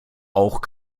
auch